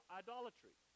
idolatry